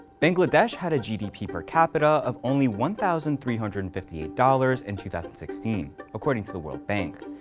bangladesh had a gdp per capita of only one thousand three hundred and fifty eight dollars in two thousand and sixteen, according to the world bank.